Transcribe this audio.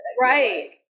right